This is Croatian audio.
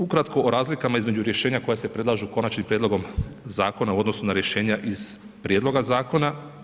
Ukratko u razlikama između rješenja koja se predlažu konačnim prijedlogom zakona u odnosu na rješenja iz prijedloga zakona.